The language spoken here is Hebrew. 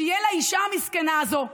שיהיה לאישה המסכנה הזו,